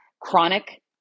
chronic